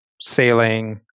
sailing